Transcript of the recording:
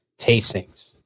tastings